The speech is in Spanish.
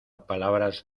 palabras